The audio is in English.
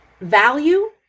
value